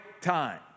time